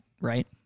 right